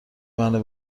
منو